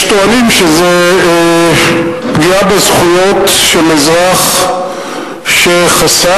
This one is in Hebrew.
יש טוענים שזה פגיעה בזכויות של אזרח שחסך,